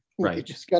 Right